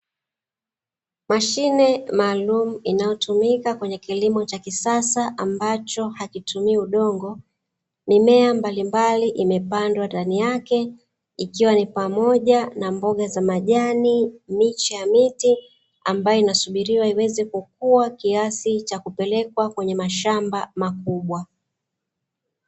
Mashine maalumu inayotumika kwenye kilimo cha kisasa ambacho hakitumii udongo. Mimea mbalimbali imepandwa ndani yake, ikiwa ni pamoja na mboga za majani miche ya miti ambayo inasubiriwa iweze kukua kiasi cha kupelekwa kwenye mashamba makubwa.